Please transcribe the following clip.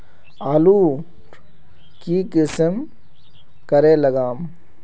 आलूर की किसम करे लागम?